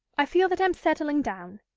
i feel that i'm settling down.